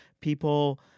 people